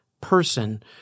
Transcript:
person